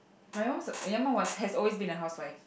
my mum's your mum has always been a housewife